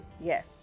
Yes